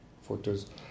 photos